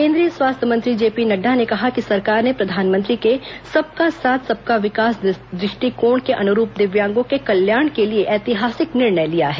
केंद्रीय स्वास्थ्य मंत्री जेपी नड्डा ने कहा कि सरकार ने प्रधानमंत्री के सबका साथ सबका विकास द्र ष्टिकोण के अनुरूप दिव्यांगों के कल्याण के लिए ऐतिहासिक निर्णय लिया है